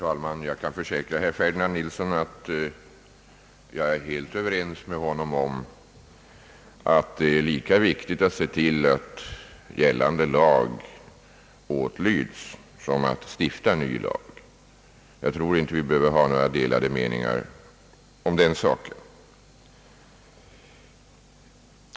Herr talman! Jag kan försäkra herr Ferdinand Nilsson att jag är helt överens med honom om att det är lika viktigt att se till att gällande lag åtlyds som att stifta ny lag. Jag tror inte att vi behöver ha några delade meningar om den saken.